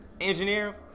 engineer